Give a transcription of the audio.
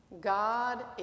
God